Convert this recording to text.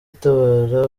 itabara